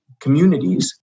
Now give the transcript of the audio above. communities